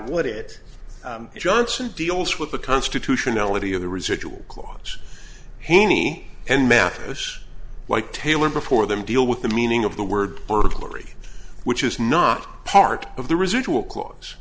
would it johnson deals with the constitutionality of the residual clause haney and matter most like taylor before them deal with the meaning of the word burglary which is not part of the residual clause